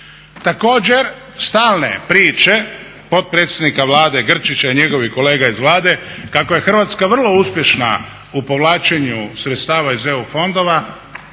Također, stalne priče potpredsjednika Vlade Grčića i njegovih kolega iz Vlade kako je Hrvatska vrlo uspješna u povlačenju sredstava iz EU fondova,